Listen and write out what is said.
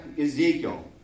Ezekiel